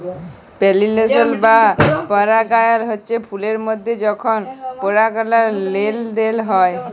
পালিলেশল বা পরাগায়ল হচ্যে ফুলের মধ্যে যখল পরাগলার লেলদেল হয়